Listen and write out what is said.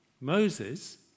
Moses